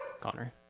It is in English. Connor